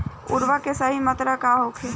उर्वरक के सही मात्रा का होखे?